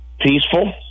peaceful